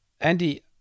Andy